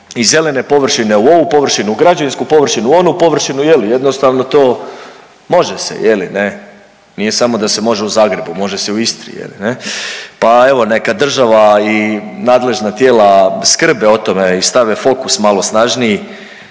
iz zelene površine u ovu površinu, građevinsku površinu u onu površinu jednostavno to može se, nije samo da se može u Zagrebu može se i u Istri, pa evo neka država i nadležna tijela skrbe o tome i stave fokus malo snažniji